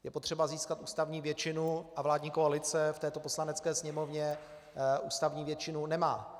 Je potřeba získat ústavní většinu, a vládní koalice v této Poslanecké sněmovně ústavní většinu nemá.